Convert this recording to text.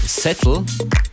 Settle